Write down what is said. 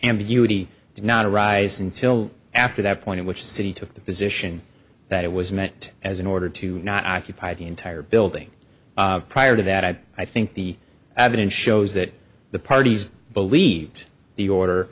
ambiguity did not arise until after that point in which city took the position that it was meant as an order to not occupy the entire building prior to that i think the admin shows that the parties believed the order